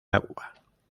agua